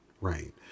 right